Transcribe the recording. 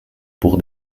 pour